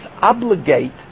obligate